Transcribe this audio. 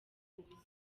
ubusa